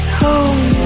home